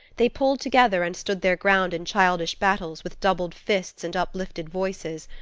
they pulled together and stood their ground in childish battles with doubled fists and uplifted voices,